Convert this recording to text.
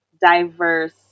diverse